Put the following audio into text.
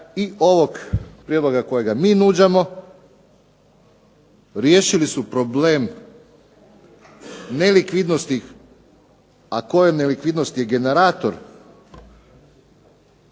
i ovog prijedloga kojega mi nuđamo riješili su problem nelikvidnosti, a koje nelikvidnosti je generator